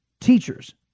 Teachers